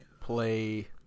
play